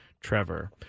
Trevor